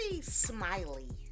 smiley